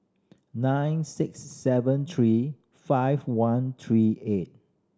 nine six seven three five one three eight